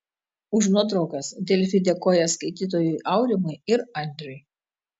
už nuotraukas delfi dėkoja skaitytojui aurimui ir andriui